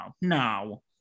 no